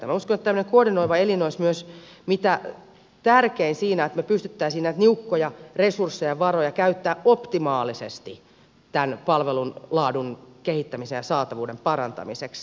minä uskon että tällainen koordinoiva elin olisi myös mitä tärkein siinä että me pystyisimme näitä niukkoja resursseja varoja käyttämään optimaalisesti tämän palvelun laadun kehittämiseksi ja saatavuuden parantamiseksi